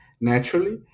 naturally